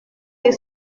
que